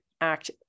act